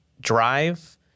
drive